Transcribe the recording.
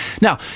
Now